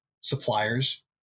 suppliers